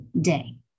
day